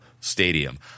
stadium